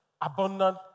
abundant